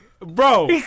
Bro